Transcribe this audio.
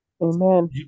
Amen